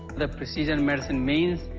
the precision medicine means,